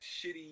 shitty